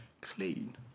clean